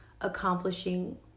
accomplishing